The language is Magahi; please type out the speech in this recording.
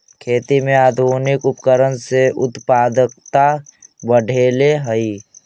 खेती में आधुनिक उपकरण से उत्पादकता बढ़ले हइ